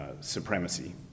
supremacy